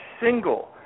single